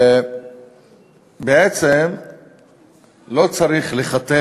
בעצם לא צריך לחטט